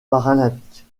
paralympiques